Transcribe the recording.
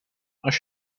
als